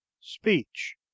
Speech